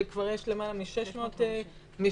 שכבר יש למעלה מ-650 -- שהחליפו.